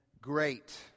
great